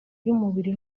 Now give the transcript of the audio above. y’umubiri